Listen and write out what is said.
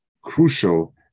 crucial